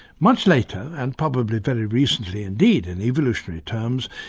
much later, and probably very recently indeed in evolutionary terms,